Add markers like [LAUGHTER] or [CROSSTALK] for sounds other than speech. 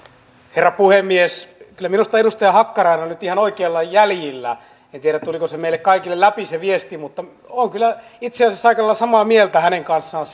herra puhemies kyllä minusta edustaja hakkarainen on nyt ihan oikeilla jäljillä en tiedä tuliko meille kaikille läpi se viesti mutta olen kyllä itse asiassa aika lailla samaa mieltä hänen kanssaan [UNINTELLIGIBLE]